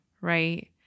Right